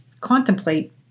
contemplate